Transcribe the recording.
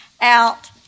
out